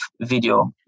video